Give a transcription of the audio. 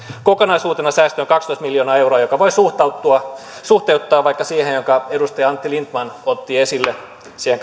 kokonaisuutena säästö on kaksitoista miljoonaa euroa jonka voi suhteuttaa vaikka siihen minkä edustaja antti lindtman otti esille siihen